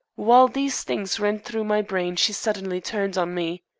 while these things ran through my brain she suddenly turned on me.